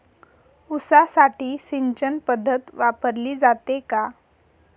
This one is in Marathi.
ऊसासाठी सिंचन पद्धत वापरली जाते का?